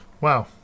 Wow